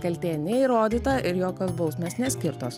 kaltė neįrodyta ir jokios bausmės neskirtos